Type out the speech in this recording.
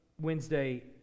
Wednesday